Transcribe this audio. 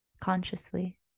consciously